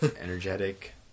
Energetic